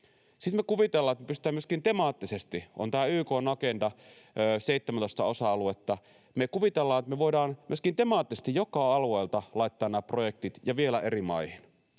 sitten me kuvitellaan, että me pystytään siihen myöskin temaattisesti — on nämä YK:n Agendan 17 osa-aluetta — eli me kuvitellaan, että me voidaan myöskin temaattisesti joka alueelta laittaa nämä projektit, ja vielä eri maihin.